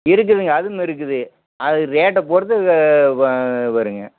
இருக்குதுங்க அதுவும் இருக்குது அது ரேட்டை பொறுத்து வரும்ங்க